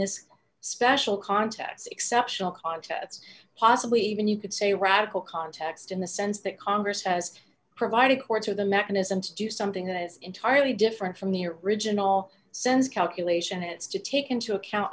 this special contacts exceptional contacts possibly even you could say radical context in the sense that congress has provided courts or the mechanism to do something that is entirely different from the original sense calculation it's to take into account